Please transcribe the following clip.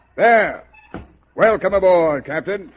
there welcome aboard captain.